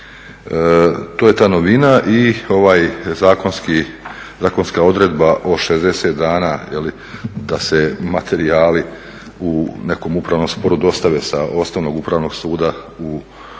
To je ta novina i ova zakonska odredba o 60 dana da se materijali u nekom upravnom sporu dostave sa osnovnog upravnog suda u Visoki